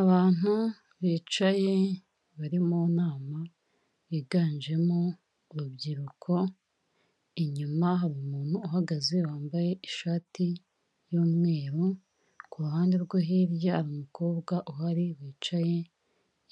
Abantu bicaye bari mu nama biganjemo urubyiruko, inyuma hari umuntu uhagaze wambaye ishati y'umweru, ku ruhande rwo hirya hari umukobwa uhari wicaye,